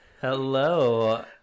hello